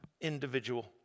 individual